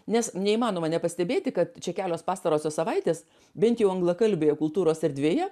nes neįmanoma nepastebėti kad čia kelios pastarosios savaitės bent jau anglakalbėje kultūros erdvėje